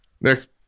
Next